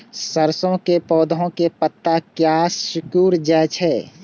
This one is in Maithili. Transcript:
सरसों के पौधा के पत्ता किया सिकुड़ जाय छे?